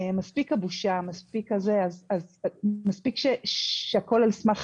מספיק הבושה, מספיק שהכול על סמך